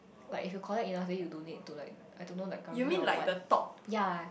like if you collect enough then you donate to like I don't know like karang guni or what ya